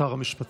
שר המשפטים.